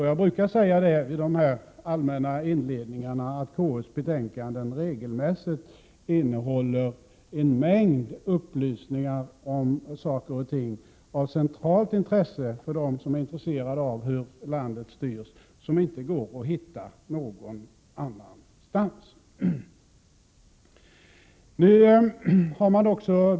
Jag brukar säga i dessa allmänna inledningar av granskningsdebatten att KU:s betänkanden regelmässigt innehåller en mängd upplysningar om saker och ting av centralt intresse för dem som är intresserade av hur landet styrs, upplysningar som inte går att hitta någon annanstans.